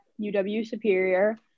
UW-Superior